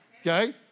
okay